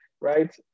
right